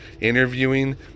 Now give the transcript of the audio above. interviewing